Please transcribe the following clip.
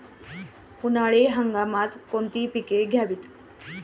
उन्हाळी हंगामात कोणती पिके घ्यावीत?